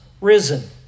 risen